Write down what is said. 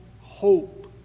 hope